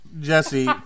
Jesse